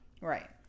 Right